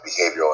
behavioral